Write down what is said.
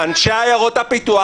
אנשי עיירות הפיתוח.